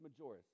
majoris